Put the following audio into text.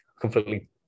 completely